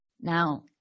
Now